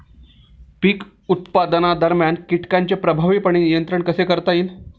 पीक उत्पादनादरम्यान कीटकांचे प्रभावीपणे नियंत्रण कसे करता येईल?